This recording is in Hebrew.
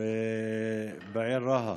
בעיר רהט.